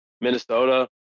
Minnesota